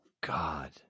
God